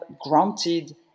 granted